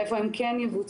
איפה הן כן יבוצעו,